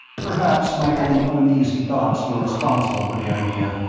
perhaps my own uneasy, thoughts were responsible for the idea,